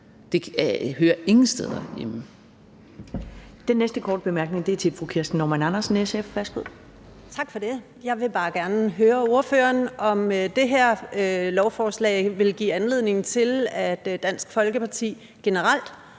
Det hører ingen steder